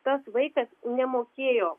tas vaikas nemokėjo